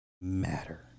matter